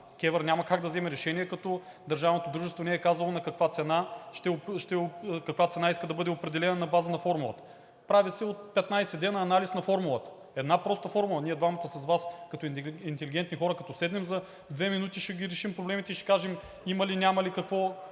КЕВР няма как да вземе решение, като държавното дружество не е казало каква цена иска да бъде определена на база на формулата. Прави се от 15 дни анализ на формулата. Една проста формула?! Ние двамата с Вас като интелигентни хора, като седнем, за две минути ще ги решим проблемите и ще кажем има ли, няма ли грешка